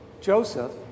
Joseph